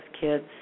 kids